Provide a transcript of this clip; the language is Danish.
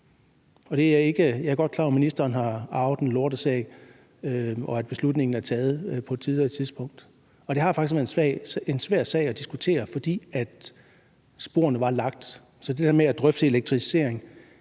Jeg er godt klar over at ministeren har arvet en lortesag, og at beslutningen er taget på et tidligere tidspunkt. Og det har faktisk været en svær sag at diskutere, fordi sporene var lagt. Så det her med at drøfte elektrificering